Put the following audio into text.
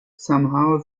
somehow